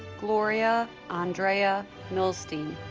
gloria andrea milstein